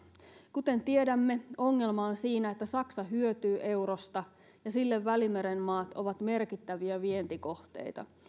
kuten tiedämme ongelma on siinä että saksa hyötyy eurosta ja sille välimeren maat ovat merkittäviä vientikohteita